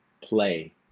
play